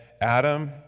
Adam